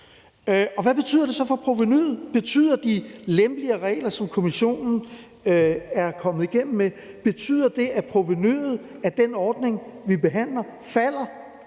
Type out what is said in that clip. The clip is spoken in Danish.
Hvad betyder det så for provenuet? Betyder de lempeligere regler, som Kommissionen er kommet igennem med, at provenuet fra den ordning, vi behandler, falder